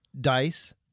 Dice